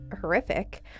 horrific